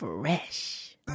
Fresh